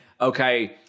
okay